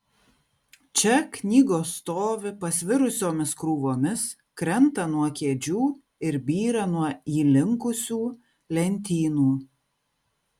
čia knygos stovi pasvirusiomis krūvomis krenta nuo kėdžių ir byra nuo įlinkusių lentynų